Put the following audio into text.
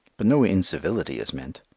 but no incivility is meant.